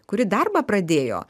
kuri darbą pradėjo